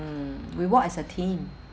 mm we work as a team